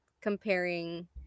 comparing